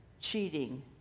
cheating